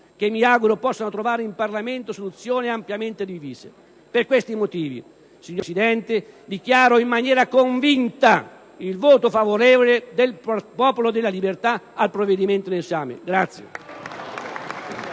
che mi auguro possano trovare in Parlamento soluzioni ampiamente condivise. Per questi motivi, signor Presidente, dichiaro in maniera convinta il voto favorevole del Popolo della Libertà al provvedimento in esame.